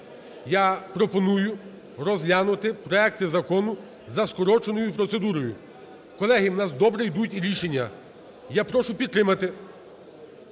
я пропоную розглянути проекти законів за скороченою процедурою. Колеги, в нас добре йдуть рішення. Я прошу підтримати.